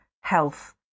health